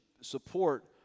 support